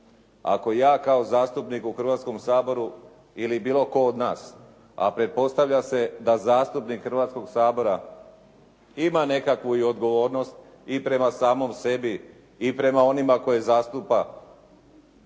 ako ja kao zastupnik u Hrvatskom saboru ili bilo tko od nas, a pretpostavlja se da zastupnik Hrvatskog sabora ima nekakvu i odgovornost i prema samom sebi i prema onima koje zastupa.